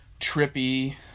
trippy